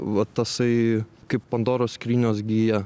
va tasai kaip pandoros skrynios gija